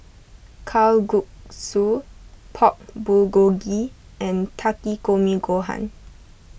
Kalguksu Pork Bulgogi and Takikomi Gohan